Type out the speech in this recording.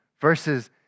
versus